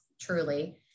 truly